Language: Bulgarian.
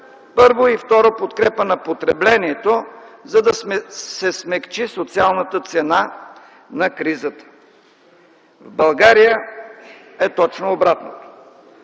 първо и второ - подкрепа на потреблението, за да се смекчи социалната цена на кризата. В България е точно обратното.